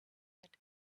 that